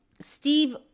Steve